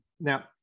now